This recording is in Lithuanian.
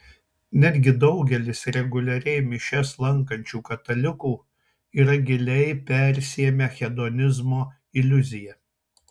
netgi daugelis reguliariai mišias lankančių katalikų yra giliai persiėmę hedonizmo iliuzija